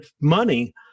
money